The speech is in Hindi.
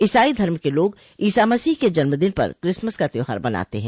ईसाई धर्म के लोग ईसा मसीह के जन्मदिन पर क्रिसमस का त्योहार मनाते हैं